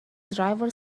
driver